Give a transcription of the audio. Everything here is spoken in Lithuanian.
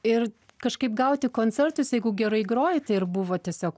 ir kažkaip gauti koncertus jeigu gerai groji tai ir buvo tiesiog